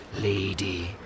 lady